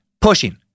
pushing